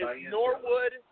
Norwood